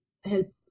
help